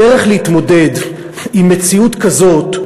הדרך להתמודד עם מציאות כזאת,